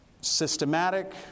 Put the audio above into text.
systematic